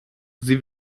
sie